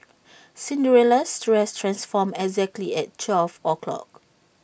Cinderella's dress transformed exactly at twelve O clock